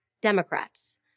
Democrats